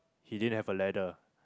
he didn't have a ladder